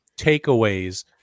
takeaways